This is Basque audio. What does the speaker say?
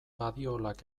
badiolak